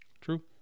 True